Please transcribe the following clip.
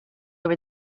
were